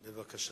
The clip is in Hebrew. בבקשה.